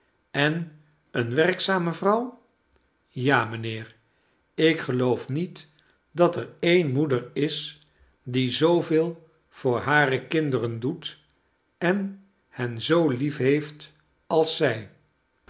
en eene werkzame vrouw ja mijnheer ik geloof niet dat er eene moeder is die zooveel voor hare kinderen doet en hen zoo liefheeft als zij